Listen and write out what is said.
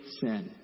sin